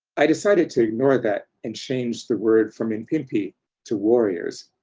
i decided to ignore that and change the word from impimpi to warriors.